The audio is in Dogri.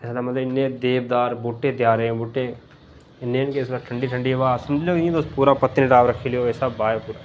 इसलै मतलब इन्ने देवदार बूह्टे देयारें दे बूह्टे इन्नी ठंडी ठंडी ब्हाऽ समझी लैओ कि तुस इयां पूरा पत्नीटाप रक्खी लैओ इस स्हाबा दा ऐ पूरा